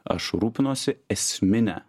aš rūpinuosi esmine